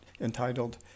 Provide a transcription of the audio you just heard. entitled